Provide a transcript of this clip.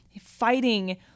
fighting